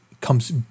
comes